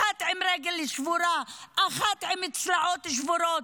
אחת עם רגל שבורה, אחת עם צלעות שבורות.